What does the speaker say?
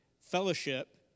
fellowship